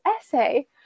essay